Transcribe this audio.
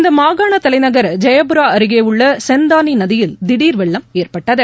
இந்தமாகாணதலைநகர் Jayapura அருகில் உள்ளசென்தானிநதியில் திடர் வெள்ளம் ஏற்பட்டது